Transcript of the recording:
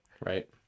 Right